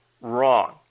wrong